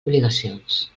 obligacions